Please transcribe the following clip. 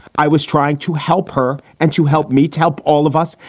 i was trying to help her and to help me. to help all of us,